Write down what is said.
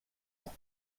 ans